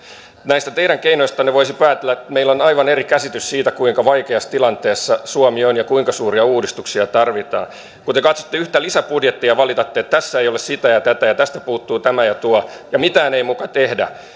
näistä teidän keinoistanne voisi päätellä että meillä on aivan eri käsitys siitä kuinka vaikeassa tilanteessa suomi on ja kuinka suuria uudistuksia tarvitaan kun te katsotte yhtä lisäbudjettia ja valitatte että tässä ei ole sitä ja tätä ja tästä puuttuu tämä ja tuo ja mitään ei muka tehdä